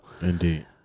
Indeed